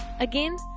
Again